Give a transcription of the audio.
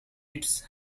its